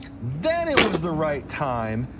then it was the right time,